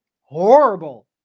horrible